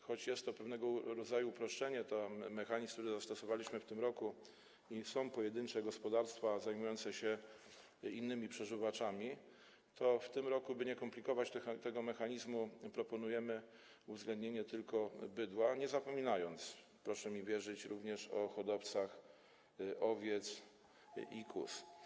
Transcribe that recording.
Choć jest to pewnego rodzaju uproszczenie - ten mechanizm, który zastosowaliśmy w tym roku - i są pojedyncze gospodarstwa zajmujące się innymi przeżuwaczami, to w tym roku, by nie komplikować tego mechanizmu, proponujemy uwzględnienie tylko bydła, nie zapominając, proszę mi wierzyć, o hodowcach owiec i kóz.